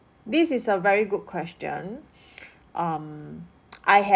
this is a very good question um I have